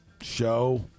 show